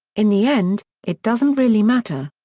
in the end, it doesn't really matter.